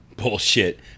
bullshit